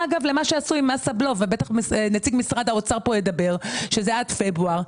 למה שעשו עם מס הבלו שהוא עד פברואר.